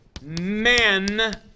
men